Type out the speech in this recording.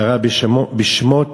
קרא בשמות